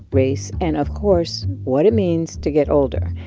race and, of course, what it means to get older.